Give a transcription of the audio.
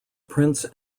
prints